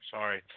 Sorry